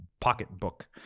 Pocketbook